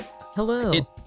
Hello